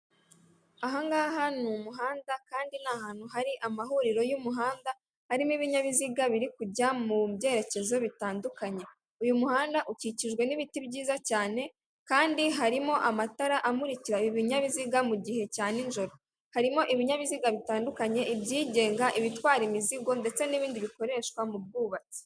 Aha ngaha ni umuhanda kandi ni ahantu hari amahuriro y'umuhanda, harimo ibinyabiziga biri kujya mu byerekezo bitandukanye, uyu muhanda ukikijwe n'ibiti byiza cyane, kandi harimo amatara amuririka ibinyabiziga mu gihe cya ni joro, harimo ibinyabiziga bitandukanye, ibyigenga, ibitwara imizigo ndetse n'ibindi bikoreshwa mu bwubatsi.